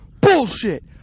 bullshit